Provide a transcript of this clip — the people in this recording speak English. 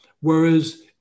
Whereas